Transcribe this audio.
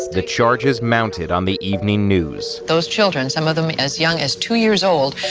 the charges mounted on the evening news those children, some of them as young as two years old,